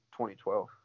2012